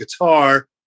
guitar